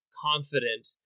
confident